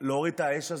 להוריד את האש הזאת.